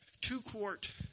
two-quart